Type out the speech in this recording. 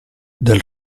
del